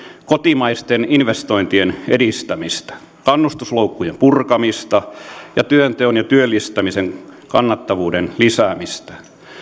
kotimaisten investointien edistämistä kannustusloukkujen purkamista ja työnteon ja työllistämisen kannattavuuden lisäämistä